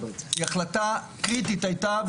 היא החלטה קריטית הייתה,